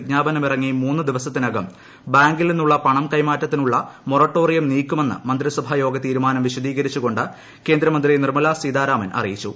വിജ്ഞാപനം ഇറങ്ങി മൂന്ന് ദിവസത്തിനകം ബാങ്കിൽ നിന്നുള്ള പണം കൈമാറ്റത്തിനുള്ള മൊറട്ടോറിയം നീക്കുമെന്ന് മന്ത്രിസഭാ യോഗ തീരുമാനം വിശദീകരിച്ചുകൊണ്ട് കേന്ദ്രമന്ത്രി നിർമ്മല സീതാരാമൻ അറിയിച്ചു